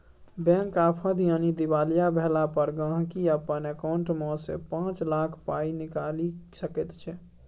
bank आफद यानी दिवालिया भेला पर गांहिकी अपन एकांउंट सँ मात्र पाँच लाख पाइ निकालि सकैत छै